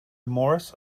morris